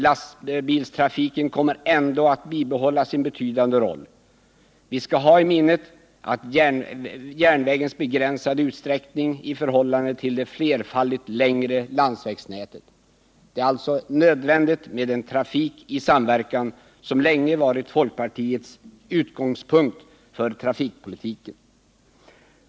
Lastbilstrafiken kommer ändå att bibehålla sin betydande roll. Vi skall ha i minnet järnvägens begränsade utsträckning i förhållande till det flerfaldigt längre landsvägsnätet. Det är alltså nödvändigt med en trafik i samverkan, vilket länge varit folkpartiets utgångspunkt för trafikpolitiken.